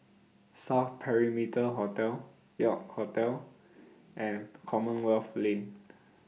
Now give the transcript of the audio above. South Perimeter Hotel York Hotel and Commonwealth Lane